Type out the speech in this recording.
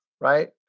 right